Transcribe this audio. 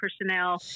personnel